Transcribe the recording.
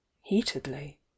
heatedly